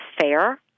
fair